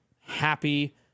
happy